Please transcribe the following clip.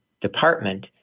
department